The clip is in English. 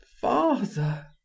Father